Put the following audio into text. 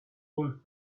would